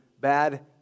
bad